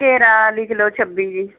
ਘੇਰਾ ਲਿਖ ਲਉ ਛੱਬੀ ਜੀ